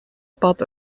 part